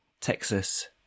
Texas